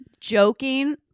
Joking